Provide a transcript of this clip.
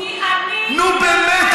נו, באמת.